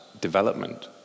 development